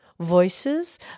Voices